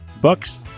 Books